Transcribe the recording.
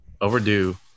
overdue